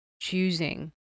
choosing